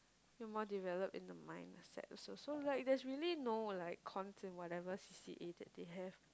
more developed in the mindset so so like there's really no like cons in whatever C_C_A that they have